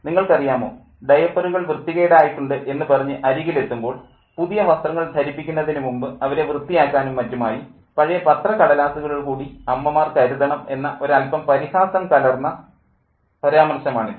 നിങ്ങൾക്കറിയാമോ ഡയപ്പറുകൾ വൃത്തി കേടായിട്ടുണ്ട് എന്നു പറഞ്ഞ് അരികിൽ എത്തുമ്പോൾ പുതിയ വസ്ത്രങ്ങൾ ധരിപ്പിക്കുന്നതിനു മുമ്പ് അവരെ വൃത്തിയാക്കാനും മറ്റുമായി പഴയ പത്രക്കടലാസുകൾ കൂടി അമ്മമാർ കരുതണം എന്ന ഒരല്പം പരിഹാസം കലർന്ന പരാമർശമാണിത്